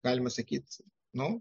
galima sakyti nu